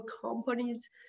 companies